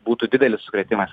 būtų didelis sukrėtimas